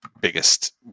biggest